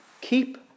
Keep